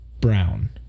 brown